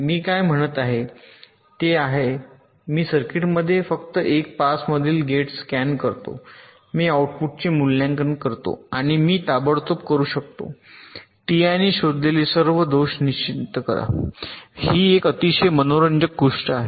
मी काय म्हणत आहे ते आहे मी सर्किटमध्ये फक्त एक पास मधील गेट्स स्कॅन करतो मी आऊटपुटचे मूल्यांकन करतो आणि मी ताबडतोब करू शकतो टीआयने शोधलेले सर्व दोष निश्चित करा ही एक अतिशय मनोरंजक गोष्ट आहे